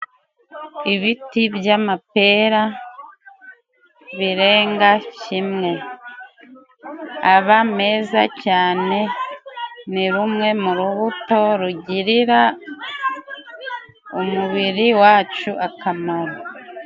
Ibiti by'amapera birenga kimwe. Aba meza cyane. Ni rumwe mu rubuto rugirira umubiri wacu akamaro.